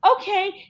okay